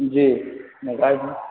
جی